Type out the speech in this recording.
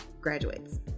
graduates